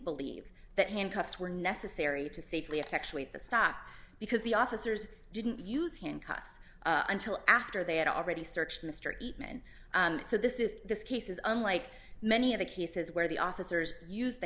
believe that handcuffs were necessary to safely effectuate the stop because the officers didn't use handcuffs until after they had already searched mistreatment so this is this case is unlike many of the cases where the officers used the